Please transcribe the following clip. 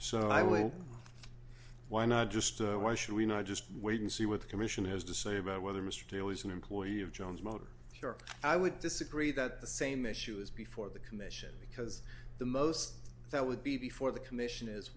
hope why not just why should we not just wait and see what the commission has to say about whether mr always an employee of john's motor car i would disagree that the same issue is before the commission because the most that would be before the commission is